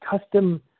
custom